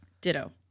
Ditto